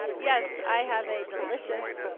yes, i have a delicious,